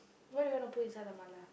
what do you want to put inside the mala